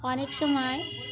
অনেক সময়